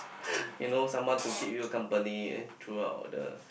you know someone to keep you company throughout the